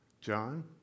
John